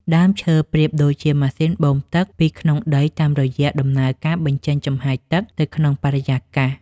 ដើមឈើប្រៀបដូចជាម៉ាស៊ីនបូមទឹកពីក្នុងដីតាមរយៈដំណើរការបញ្ចេញចំហាយទឹកទៅក្នុងបរិយាកាស។